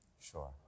sure